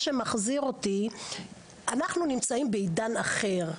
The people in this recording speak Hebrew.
אנחנו נמצאים בעידן אחר.